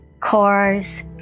cars